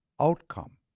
outcome